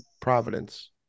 Providence